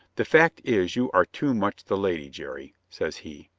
the fact is, you are too much the lady, jerry, says he.